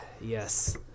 yes